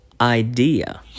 idea